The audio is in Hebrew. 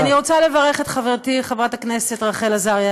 אני רוצה לברך את חברתי חברת הכנסת רחל עזריה,